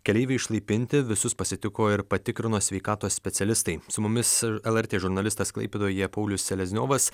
keleiviai išlaipinti visus pasitiko ir patikrino sveikatos specialistai su mumis lrt žurnalistas klaipėdoje paulius selezniovas